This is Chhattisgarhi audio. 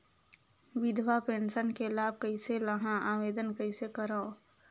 विधवा पेंशन के लाभ कइसे लहां? आवेदन कइसे करव?